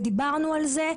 דיברנו על זה.